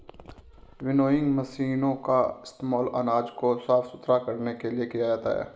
winnowing मशीनों का इस्तेमाल अनाज को साफ सुथरा करने के लिए किया जाता है